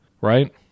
Right